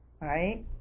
right